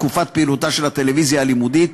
תקופת פעילותה של הטלוויזיה הלימודית,